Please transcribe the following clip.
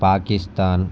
Pakistan